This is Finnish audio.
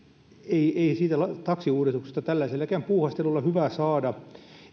ei ei siitä taksiuudistuksesta tällaisellakaan puuhastelulla hyvää saada